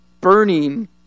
burning